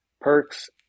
perks